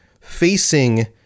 facing